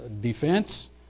defense